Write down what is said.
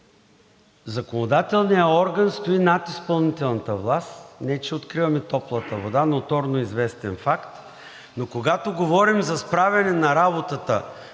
Законодателният орган стои над изпълнителната власт. Не че откриваме топлата вода – ноторно известен факт, но когато говорим за справяне с работата